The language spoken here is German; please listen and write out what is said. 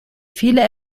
viele